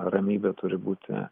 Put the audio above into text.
ramybė turi būti